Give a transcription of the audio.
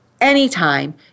anytime